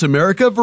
America